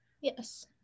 Yes